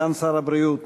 סגן שר הבריאות,